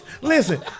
Listen